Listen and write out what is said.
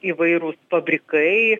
įvairūs fabrikai